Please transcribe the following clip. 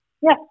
Yes